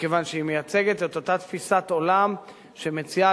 מכיוון שהיא מייצגת את אותה תפיסת עולם שמציעה